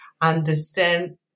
understand